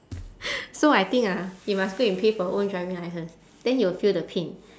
so I think ah you must go and pay for own driving licence then you will feel the pain